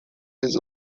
his